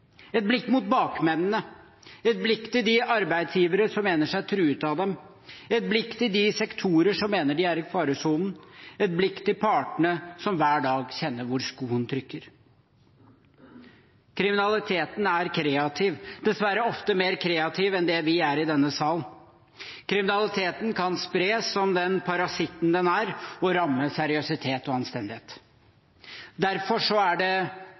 et blikk på bakmennene, et blikk på de arbeidsgivere som mener seg truet av dem, et blikk på de sektorer som mener de er i faresonen, et blikk på partene som hver dag kjenner hvor skoen trykker. Kriminaliteten er kreativ, dessverre ofte mer kreativ enn det vi er i denne sal. Kriminaliteten kan spres som den parasitten den er, og ramme seriøsitet og anstendighet. Derfor er det